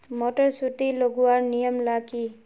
Motor सुटी लगवार नियम ला की?